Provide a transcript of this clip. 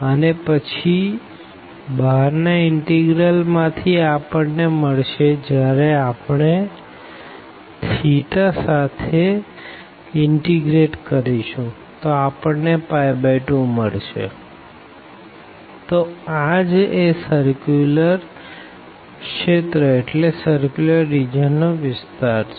અને પછી બહાર ના ઇનટીગ્રલ માં થી આપણને મળશે જયારે આપણે સાથે એકીકૃત કરીશું તો આપણને 2 મળશેતો આ જ એ સર્ક્યુલર રિજિયન નો વિસ્તાર છે